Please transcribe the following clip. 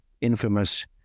infamous